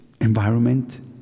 environment